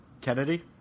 Kennedy